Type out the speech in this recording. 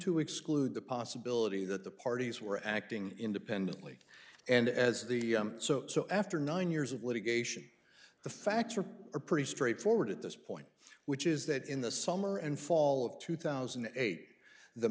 to exclude the possibility that the parties were acting independently and as the so so after nine years of litigation the facts are pretty straightforward at this point which is that in the summer and fall of two thousand and eight the